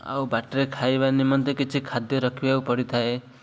ଆଉ ବାଟରେ ଖାଇବା ନିମନ୍ତେ କିଛି ଖାଦ୍ୟ ରଖିବାକୁ ପଡ଼ିଥାଏ